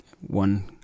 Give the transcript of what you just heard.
one